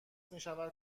میشود